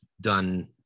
done